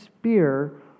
spear